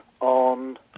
on